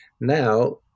Now